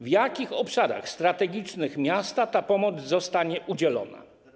W jakich obszarach strategicznych miasta ta pomoc zostanie udzielona?